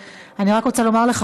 אני רק רוצה לומר לך,